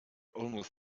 almost